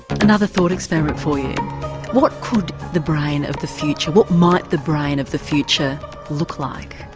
another thought experiment for you what could the brain of the future, what might the brain of the future look like?